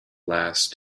last